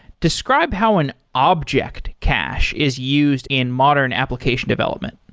describe how an object cache is used in modern application development.